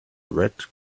red